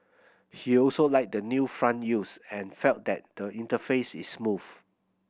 he also liked the new font used and felt that the interface is smooth